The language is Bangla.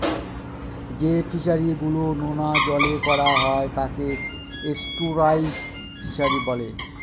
যে ফিশারি গুলো নোনা জলে করা হয় তাকে এস্টুয়ারই ফিশারি বলে